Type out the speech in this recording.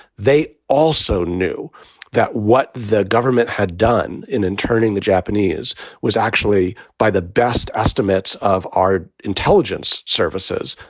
they also knew that what the government had done in interning the japanese was actually, by the best estimates of our intelligence services,